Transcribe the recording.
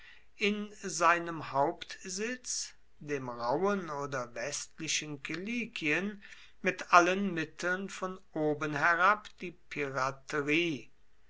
in seinem hauptsitz dem rauhen oder westlichen kilikien mit allen mitteln von oben herab die piraterie